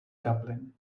dublin